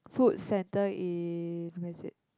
food center in where is it